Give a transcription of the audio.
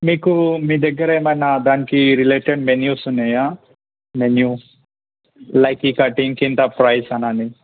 మీకు మీ దగ్గర ఏమన్న దానికి రేలేటెడ్ మెనుస్ ఉన్నాయా మెనుస్ లైక్ ఈ కటింగ్కి ఇంత ప్రైస్ అని అని